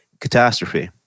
catastrophe